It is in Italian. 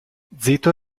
zito